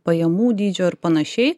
pajamų dydžio ir panašiai